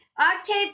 Octave